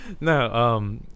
No